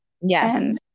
yes